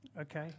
Okay